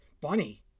Bunny